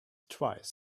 twice